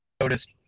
noticed